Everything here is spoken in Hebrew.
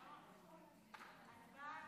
ההצעה